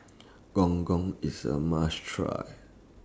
Gong Gong IS A must Try